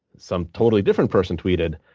some totally different person tweeted,